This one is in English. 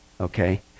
okay